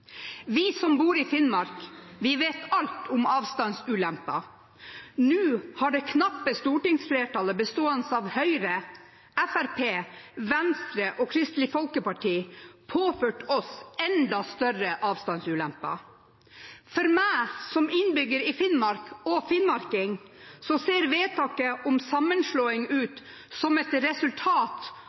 Vi som bor i Finnmark, vet alt om avstandsulemper. Nå har det knappe stortingsflertallet – bestående av Høyre, Fremskrittspartiet, Venstre og Kristelig Folkeparti – påført oss enda større avstandsulemper. For meg som innbygger i Finnmark og finnmarking ser vedtaket om sammenslåing ut som et resultat